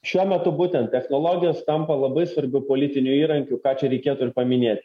šiuo metu būtent technologijos tampa labai svarbiu politiniu įrankiu ką čia reikėtų ir paminėt